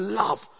love